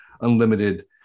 unlimited